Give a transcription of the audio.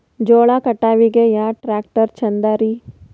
ಜೋಳ ಕಟಾವಿಗಿ ಯಾ ಟ್ಯ್ರಾಕ್ಟರ ಛಂದದರಿ?